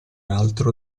altro